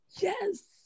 Yes